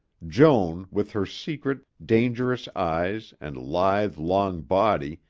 joan with her secret, dangerous eyes and lithe, long body,